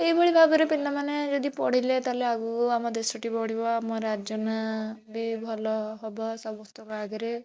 ଏଇ ଭଳି ଭାବରେ ପିଲାମାନେ ଯଦି ପଢ଼ିଲେ ତାହେଲେ ଆଗକୁ ଆମ ଦେଶଟି ବଢ଼ିବ ଆମ ରାଜ୍ୟ ନା ବି ଭଲ ହବ ସମସ୍ତଙ୍କ ଆଗରେ